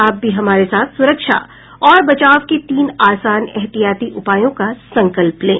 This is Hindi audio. आप भी हमारे साथ सुरक्षा और बचाव के तीन आसान एहतियाती उपायों का संकल्प लें